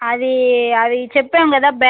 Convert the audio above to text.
అదీ అది చెప్పాం కదా బ్యాంక్